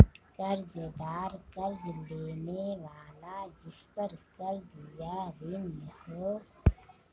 कर्ज़दार कर्ज़ लेने वाला जिसपर कर्ज़ या ऋण हो